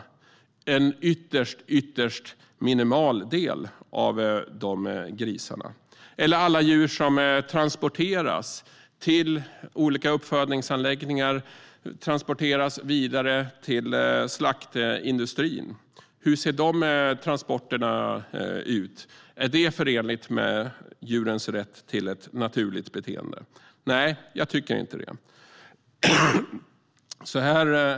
Det är en ytterst minimal andel av grisarna. Hur är det med alla djur som transporteras till olika uppfödningsanläggningar och vidare till slaktindustrin? Hur ser de transporterna ut? Är de förenliga med djurens rätt till naturligt beteende? Nej, jag tycker inte det.